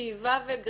השאלה, שאיבה וגרידה,